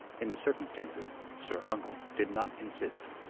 in the circumstances sir uncle did not insist.